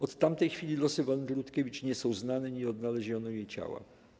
Od tamtej chwili losy Wandy Rutkiewicz nie są znane, nie odnaleziono jej ciała.